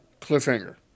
cliffhanger